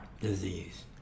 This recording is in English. disease